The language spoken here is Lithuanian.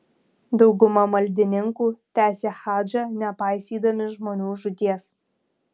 dauguma maldininkų tęsė hadžą nepaisydami žmonių žūties